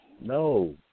No